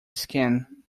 scan